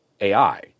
AI